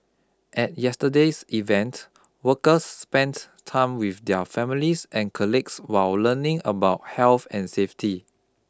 at yesterday's event workers spent time with their families and colleagues while learning about health and safety